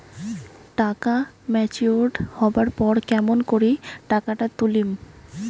টাকা ম্যাচিওরড হবার পর কেমন করি টাকাটা তুলিম?